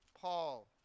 Paul